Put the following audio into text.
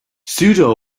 pseudo